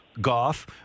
Goff